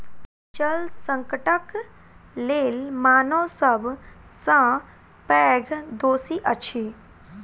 जल संकटक लेल मानव सब सॅ पैघ दोषी अछि